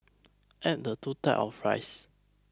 add the two types of rice